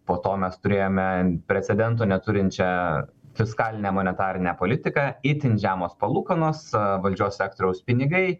po to mes turėjome precedento neturinčią fiskalinę monetarinę politiką itin žemos palūkanos valdžios sektoriaus pinigai